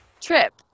trip